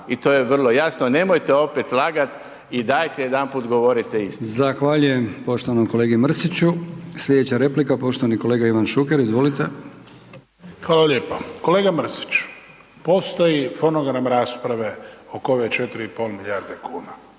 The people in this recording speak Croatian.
I to je vrlo jasno, nemojte opet lagati i dajte jedanput govorite istinu.